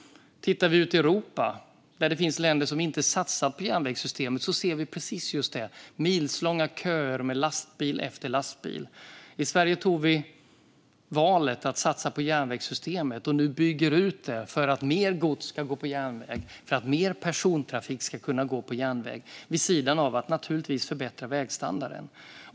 Tittar vi ut i Europa, där det finns länder som inte satsar på järnvägssystemet, ser vi precis just det - milslånga köer med lastbil efter lastbil. I Sverige gjorde vi valet att satsa på järnvägssystemet, och nu bygger vi ut det för att mer gods och mer persontrafik ska kunna gå på järnväg - naturligtvis vid sidan av att vi förbättrar vägstandarden.